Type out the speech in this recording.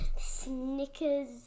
Snickers